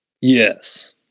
yes